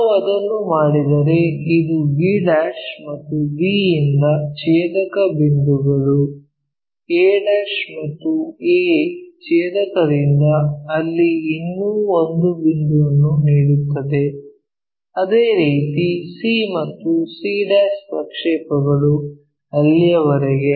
ನಾವು ಅದನ್ನು ಮಾಡಿದರೆ ಇದು b ಮತ್ತು b ಯಿಂದ ಛೇದಕ ಬಿಂದುಗಳು a ಮತ್ತು a ಛೇದಕದಿಂದ ಅಲ್ಲಿ ಇನ್ನೂ ಒಂದು ಬಿಂದುವನ್ನು ನೀಡುತ್ತದೆ ಅದೇ ರೀತಿ c ಮತ್ತು c' ಪ್ರಕ್ಷೇಪಗಳು ಅಲ್ಲಿಯವರೆಗೆ